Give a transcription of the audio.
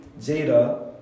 Jada